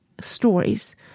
stories